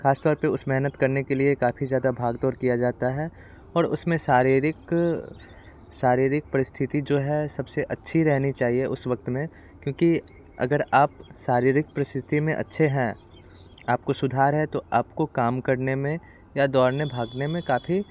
खासतौर पे उस मेहनत करने के लिए काफ़ी ज़्यादा भाग दौड़ किया जाता है और उसमें शारीरिक शारीरिक परिस्थिति जो है सबसे अच्छी रहनी चाहिए उस वक्त में क्योंकि अगर आप शारीरिक परिस्थिति में अच्छे हैं आपको सुधार है तो आपको काम करने में या दौड़ने भागने में काफ़ी